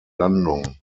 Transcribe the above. landung